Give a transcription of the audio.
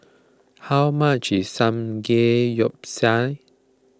how much is Samgeyopsal